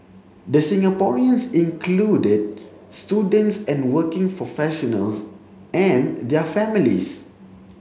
the Singaporeans included students and working professionals and their families